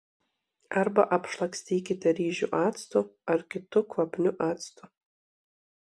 arba apšlakstykite ryžių actu ar kitu kvapniu actu